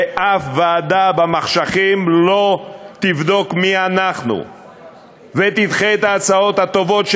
ואף ועדה במחשכים לא תבדוק מי אנחנו ותדחה את ההצעות הטובות,